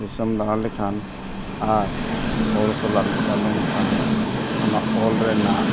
ᱫᱤᱥᱚᱢ ᱫᱟᱬᱟ ᱞᱮᱠᱷᱟᱱ ᱟᱨ ᱦᱚᱲ ᱥᱟᱞᱟᱜ ᱢᱮᱥᱟ ᱞᱮᱱᱠᱷᱟᱱ ᱚᱱᱟ ᱚᱞ ᱨᱮᱱᱟᱜ